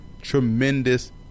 tremendous